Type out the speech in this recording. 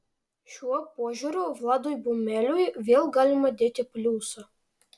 šiuo požiūriu vladui bumeliui vėl galima dėti pliusą